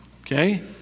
okay